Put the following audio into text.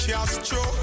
Castro